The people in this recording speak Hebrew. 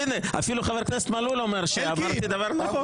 הנה, אפילו חבר הכנסת מלול אומר שאמרתי דבר נכון.